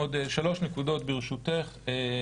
עוד שלוש נקודות, ברשותך.